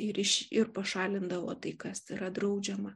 ir iš ir pašalindavo tai kas yra draudžiama